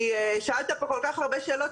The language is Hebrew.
כי שאלת פה כל כך הרבה שאלות,